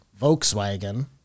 Volkswagen